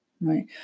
Right